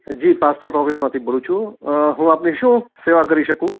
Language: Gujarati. જી પાસપોર્ટ ઓફિસમાંથી બોલું છું હું આપની શું સેવા કરી શકું